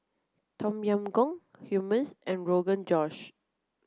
Tom Yam Goong Hummus and Rogan Josh